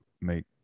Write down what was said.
make